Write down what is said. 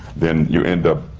then you end up